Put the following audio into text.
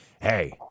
hey